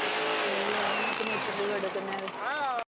അയ്യോ അതെന്നാത്തിനാ ഇപ്പോൾ ലീവെടുക്കുന്നത്